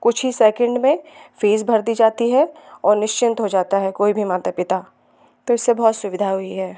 कुछ ही सेकेंड में फीस भर दी जाती है और निश्चिंत हो जाता है कोई भी माता पिता तो इससे बहुत सुविधा हुई है